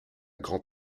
grand